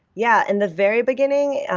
yeah. in the very beginning,